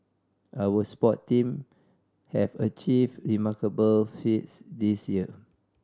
our sport teams have achieved remarkable feats this year